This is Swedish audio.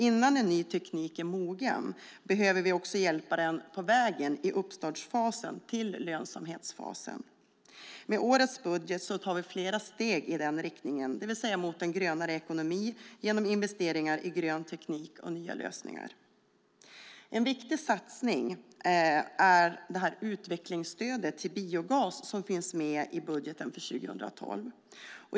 Innan en ny teknik är mogen behöver vi också hjälpa den på vägen i uppstartsfasen till lönsamhetsfasen. Med årets budget tar vi flera steg i den riktningen, det vill säga mot en grönare ekonomi genom investeringar i grön teknik och nya lösningar. En viktig satsning är det utvecklingsstöd till biogas som finns med i budgeten för 2012.